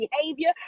behavior